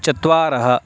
चत्वारः